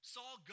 Saul